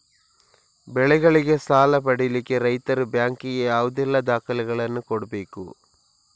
ಬೆಳೆಗಳಿಗೆ ಸಾಲ ಪಡಿಲಿಕ್ಕೆ ರೈತರು ಬ್ಯಾಂಕ್ ಗೆ ಯಾವುದೆಲ್ಲ ದಾಖಲೆಪತ್ರಗಳನ್ನು ಕೊಡ್ಬೇಕು?